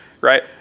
right